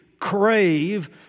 crave